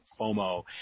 FOMO